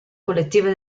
collettive